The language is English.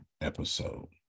episode